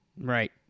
Right